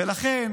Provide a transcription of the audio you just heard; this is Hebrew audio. ולכן